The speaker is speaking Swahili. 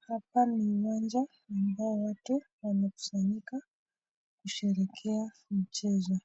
Hapa ni uwanja ambao watu wamekusanyika kusherehekea mchezo,